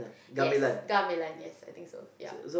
yes gamelan yes I think so yeah